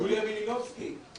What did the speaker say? יוליה מלינובסקי העלתה את זה.